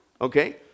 okay